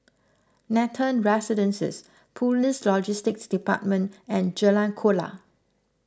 Nathan Residences Police Logistics Department and Jalan Kuala